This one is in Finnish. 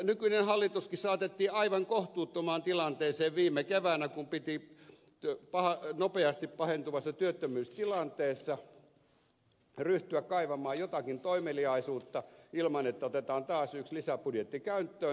nykyinen hallituskin saatettiin aivan kohtuuttomaan tilanteeseen viime keväänä kun piti nopeasti pahentuvassa työttömyystilanteessa ryhtyä kaivamaan jotakin toimeliaisuutta ilman että otetaan taas yksi lisäbudjetti käyttöön